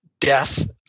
death